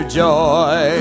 joy